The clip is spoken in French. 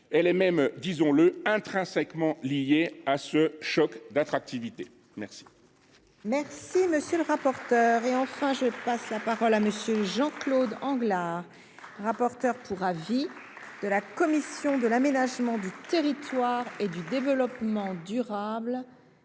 elle est même, disons le, intrinsèquement liée à ce choc d’attractivité. La